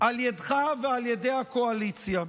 על ידך ועל ידי הקואליציה.